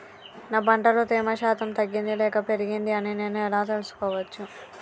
నా పంట లో తేమ శాతం తగ్గింది లేక పెరిగింది అని నేను ఎలా తెలుసుకోవచ్చు?